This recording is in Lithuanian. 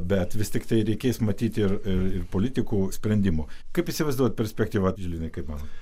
bet vis tiktai reikės matyti ir ir politikų sprendimų kaip įsivaizduot perspektyvą žilvinai kaip manai